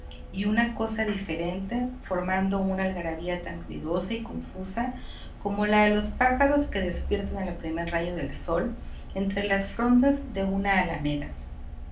y una cosa diferente formando una algarabía tan ruidosa y confusa como la de los pájaros que despiertan al primer rayo del sol entre las frondas de una alameda